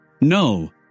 No